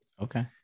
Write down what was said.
Okay